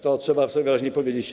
To trzeba sobie wyraźnie powiedzieć.